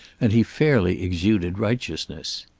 and he fairly exuded righteousness.